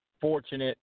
fortunate